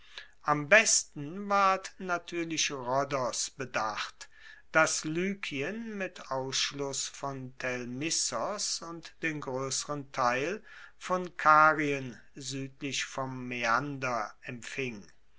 am besten ward natuerlich rhodos bedacht das lykien mit ausschluss von telmissos und den groesseren teil von karien suedlich vom maeander empfing